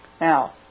Now